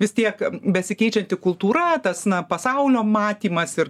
vis tiek besikeičianti kultūra tas na pasaulio matymas ir